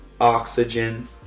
oxygen